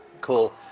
Cool